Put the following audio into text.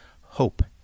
hope